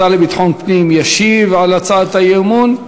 השר לביטחון הפנים ישיב על הצעת האי-אמון,